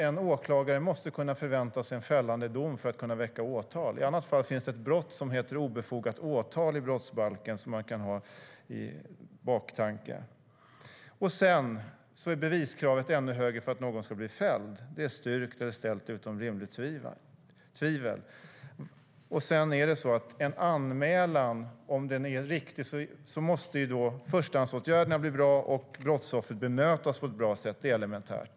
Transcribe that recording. En åklagare måste kunna förvänta sig en fällande dom för att kunna väcka åtal. I annat fall finns det ett brott i brottsbalken som heter obefogat åtal som man kan ha i åtanke. Beviskravet är ännu högre för att någon ska kunna bli fälld. Det ska vara ställt utom allt rimligt tvivel. Vid en anmälan, om den är riktig, måste förstahandsåtgärderna bli bra och brottsoffret bemötas på ett bra sätt. Det är elementärt.